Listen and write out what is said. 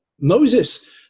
Moses